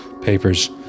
papers